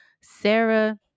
Sarah